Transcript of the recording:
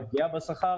בפגיעה בשכר.